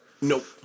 Nope